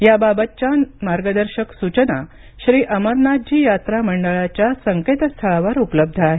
याबाबतच्या मार्गदर्शक सूचना श्री अमरनाथजी यात्रा मंडळाच्या संकेतस्थळावर उपलब्ध आहेत